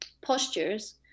postures